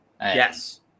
Yes